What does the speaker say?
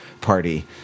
party